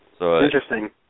interesting